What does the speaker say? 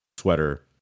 Sweater